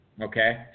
Okay